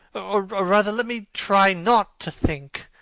or, rather, let me try not to think.